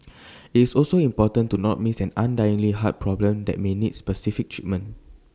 it's also important to not miss an underlying heart problem that may need specific treatment